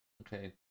Okay